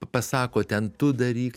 pasako ten tu daryk